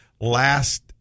last